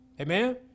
Amen